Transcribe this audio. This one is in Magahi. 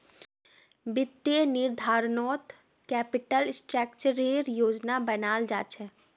वित्तीय निर्धारणत कैपिटल स्ट्रक्चरेर योजना बनाल जा छेक